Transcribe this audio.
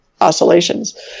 oscillations